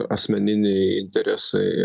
asmeniniai interesai